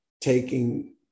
taking